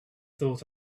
thought